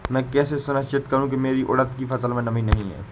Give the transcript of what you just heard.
मैं कैसे सुनिश्चित करूँ की मेरी उड़द की फसल में नमी नहीं है?